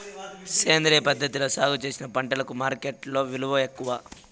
సేంద్రియ పద్ధతిలో సాగు చేసిన పంటలకు మార్కెట్టులో విలువ ఎక్కువ